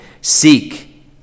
Seek